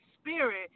spirit